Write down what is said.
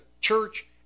church